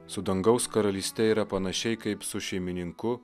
su dangaus karalyste yra panašiai kaip su šeimininku